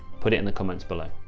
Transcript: put it in the comments below.